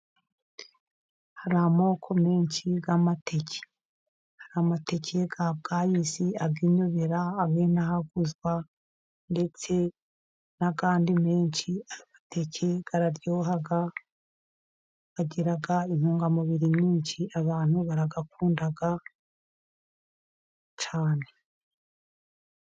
Hari amoko menshi y'amateke, amateke ya bwayisi, ayinyobera ,hamwe n'ayinahaguzwa ndetse n'ay'andi menshi amateke araryoha, agira intungamubiri nyinshi abantu barayakunda cyane.